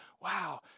wow